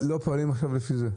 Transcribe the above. אבל לא פועלים עכשיו לפי זה.